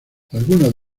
algunas